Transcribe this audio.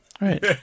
Right